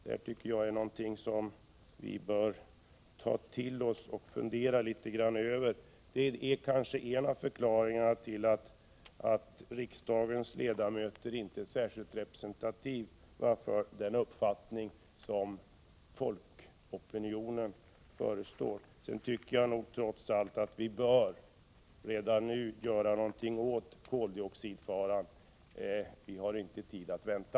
Detta är något som vi bör ta till oss och fundera över. Det är kanske en förklaring till att riksdagens ledamöter inte är särskilt representativa för folkopinionen och dess uppfattning. Jag tycker också trots allt att vi redan nu bör göra något åt koldioxidfaran. Vi har inte tid att vänta.